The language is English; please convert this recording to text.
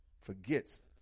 forgets